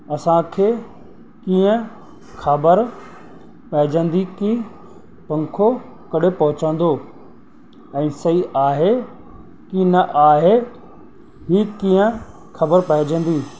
असांखे कीअं ख़बर पैइजंदी कि पंखो कॾहिं पहुचंदो ऐं सही आहे कि न आहे ही कीअं ख़बर पैइजंदी